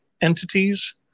entities